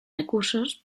recursos